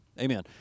amen